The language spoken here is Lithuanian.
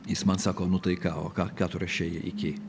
jis man sako nu tai ką o ką ką tu rašei iki